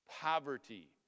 poverty